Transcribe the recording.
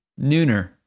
nooner